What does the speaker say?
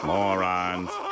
Morons